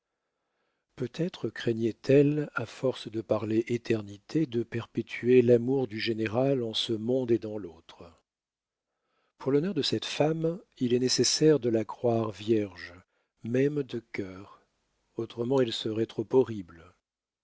peut-être craignait elle à force de parler éternité de perpétuer l'amour du général en ce monde et dans l'autre pour l'honneur de cette femme il est nécessaire de la croire vierge même de cœur autrement elle serait trop horrible